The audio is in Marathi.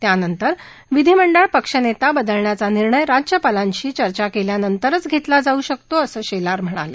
त्यानंतर विधीमंडळ पक्षनेता बदलण्याचा निर्णय राज्यपालांशी चर्चा केल्यानंतरच घेतला जाऊ शकतो असं शेलार म्हणाले